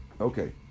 Okay